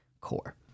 core